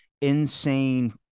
insane